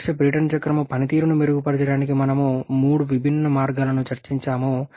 ఆదర్శ బ్రేటన్ చక్రం పనితీరును మెరుగుపరచడానికి మేము మూడు విభిన్న మార్గాలను చర్చించాము